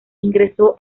ingresó